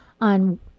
on